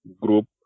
group